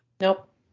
Nope